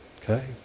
okay